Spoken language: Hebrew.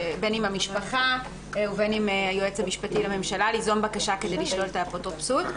בין אם המשפחה ובין אם היועץ המשפטי לממשלה כדי לשלול את האפוטרופסות.